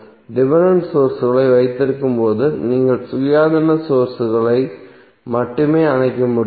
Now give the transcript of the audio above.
dependent சோர்ஸ்களை வைத்திருக்கும்போது நீங்கள் சுயாதீன சோர்ஸ்களை மட்டுமே அணைக்க முடியும்